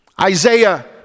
Isaiah